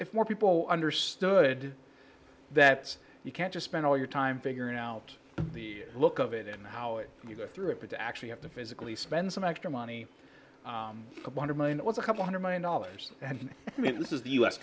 if more people understood that you can't just spend all your time figuring out the look of it and how it you go through it but to actually have to physically spend some extra money one of mine was a couple hundred million dollars and this is the u s